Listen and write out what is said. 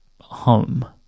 home